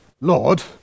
Lord